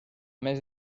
més